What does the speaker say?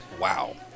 Wow